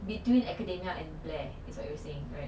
between academia and blair is what you were saying right